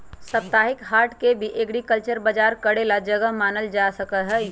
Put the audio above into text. साप्ताहिक हाट के भी एग्रीकल्चरल बजार करे के जगह मानल जा सका हई